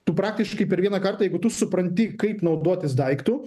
tu praktiškai per vieną kartą jeigu tu supranti kaip naudotis daiktu